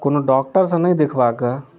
कोनो डॉक्टर सँ नै देखबा कऽ